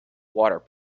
water